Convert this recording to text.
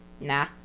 nah